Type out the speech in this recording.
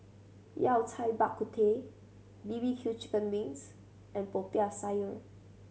Yao Cai Bak Kut Teh B B Q chicken wings and Popiah Sayur